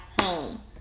home